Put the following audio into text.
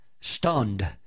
stunned